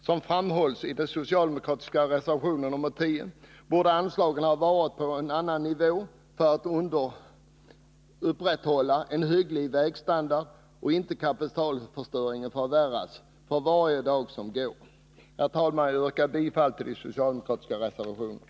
Som framhålls i den socialdemokratiska reservationen nr 10 borde anslaget ligga på en annan nivå, så att man kan upprätthålla en hygglig vägstandard och så att kapitalförstöringen inte förvärras för varje dag som går. Herr talman! Jag yrkar bifall till de socialdemokratiska reservationerna.